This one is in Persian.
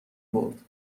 برد